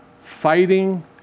fighting